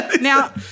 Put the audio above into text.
Now